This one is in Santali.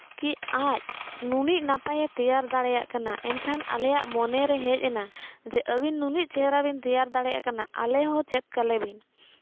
ᱠᱤ ᱟᱡ ᱱᱩᱱᱟᱹᱜ ᱱᱟᱯᱟᱭᱮ ᱛᱮᱭᱟᱨ ᱫᱟᱲᱮᱭᱟᱜ ᱠᱟᱱᱟ ᱮᱱᱠᱷᱟᱱ ᱟᱞᱮᱭᱟᱜ ᱢᱚᱱᱮᱨᱮ ᱦᱮᱡ ᱮᱱᱟ ᱟᱹᱵᱤᱱ ᱱᱩᱱᱟᱹᱜ ᱪᱮᱦᱨᱟ ᱵᱤᱱ ᱛᱮᱭᱟᱨ ᱫᱟᱲᱮᱭᱟᱜ ᱠᱟᱱᱟ ᱟᱞᱮ ᱦᱚᱸ ᱪᱮᱫ ᱟᱞᱮ ᱵᱤᱱ